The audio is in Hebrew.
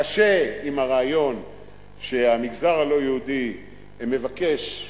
קשה, עם הרעיון שהמגזר הלא-יהודי מבקש,